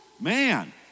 man